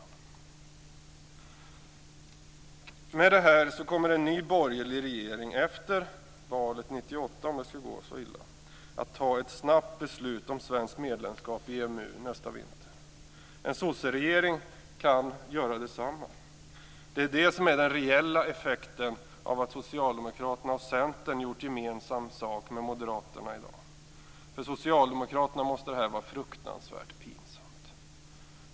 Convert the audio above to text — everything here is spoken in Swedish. I och med detta kommer en ny borgerlig regering efter valet 1998, om det skulle gå så illa, att snabbt ta beslut om svenskt medlemskap i EMU nästa vinter. En socialdemokratisk regering kan göra detsamma. Det är den reella effekten av att Socialdemokraterna och Centern har gjort gemensam sak med Moderaterna i dag. För Socialdemokraterna måste det här vara fruktansvärt pinsamt.